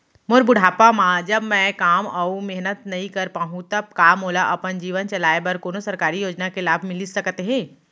मोर बुढ़ापा मा जब मैं काम अऊ मेहनत नई कर पाहू तब का मोला अपन जीवन चलाए बर कोनो सरकारी योजना के लाभ मिलिस सकत हे?